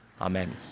Amen